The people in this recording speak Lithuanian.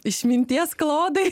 išminties klodai